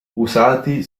usati